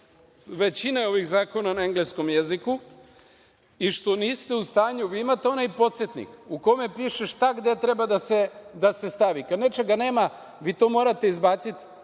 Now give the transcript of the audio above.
većine ovih zakona na engleskom jeziku i što niste u stanju… Vi imate onaj podsetnik u kome piše šta gde treba da se stavi. Kad nečega nema, vi to morate izbaciti.